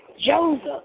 Joseph